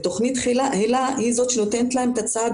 ותכנית היל"ה היא זאת שנותנת להם את הצעד